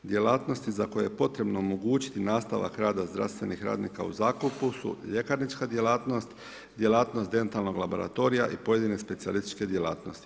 Djelatnosti za koje je potrebno omogućiti nastavak rada zdravstvenih radnika u zakupu su ljekarnička djelatnost, djelatnost dentalnog laboratorija i pojedine specijalističke djelatnosti.